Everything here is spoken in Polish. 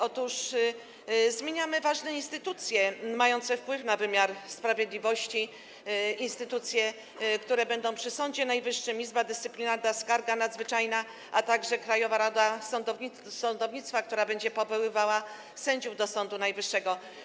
Otóż zmieniamy ważne instytucje mające wpływ na wymiar sprawiedliwości, instytucje, które będą przy Sądzie Najwyższym: Izba Dyscyplinarna, skarga nadzwyczajna, a także Krajowa Rada Sądownictwa, która będzie powoływała sędziów do Sądu Najwyższego.